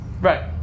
Right